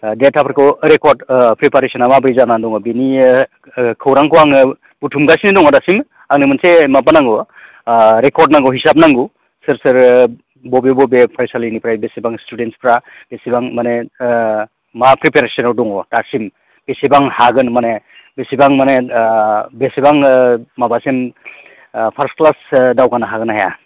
डेटाफोरखौ record प्रिपेरेसना माब्रै जानानै दङ बिनि खौरांखौ आङो बुथुमगासिनो दङ दासिमबो आंनो मोनसे माबा नांगौ रेकर्ड नांगौ हिसाब नांगौ सोर सोर बबे बबे फरायसालिनिफ्राय बेसेबां स्टुडेन्टसफोरा बेसेबां माने मा प्रिपेरेसनाव दङ दासिम बेसेबां हागोन माने बेसेबां माने बेसेबां माबासिम फार्स क्लाससो दावगानो हागोन ना हाया